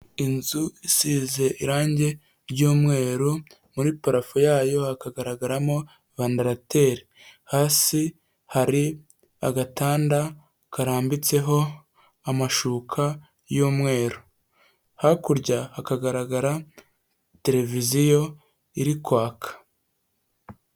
Inzu isize irange ry'umweru muri parafo yayo hakagaragaramo vandarateri hasi hari agatanda karambitseho amashuka y'umweru, hakurya hakagaragara tereviziyo iri kwaka.